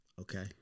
okay